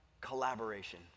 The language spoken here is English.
collaboration